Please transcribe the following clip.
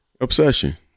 Obsession